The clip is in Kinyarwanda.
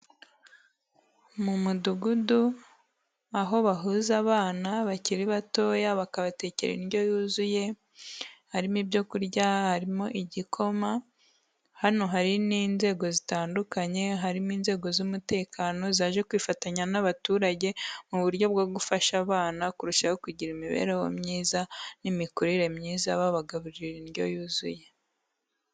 Mu mudugudu, aho bahuza abana bakiri batoya, bakabatekera indyo yuzuye, harimo ibyo kurya, harimo igikoma, hano hari n'inzego zitandukanye, harimo inzego z'umutekano zaje kwifatanya n'abaturage mu buryo bwo gufasha abana kurushaho kugira imibereho myiza n'imikurire myiza, babagaburira indyo yuzuye.